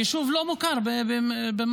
היישוב לא מוכר במקור,